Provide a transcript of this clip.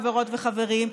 חברות וחברים,